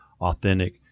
authentic